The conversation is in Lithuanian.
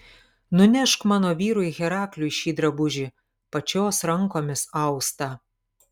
nunešk mano vyrui herakliui šį drabužį pačios rankomis austą